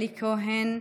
אלי כהן,